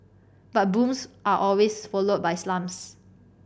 but booms are always followed by slumps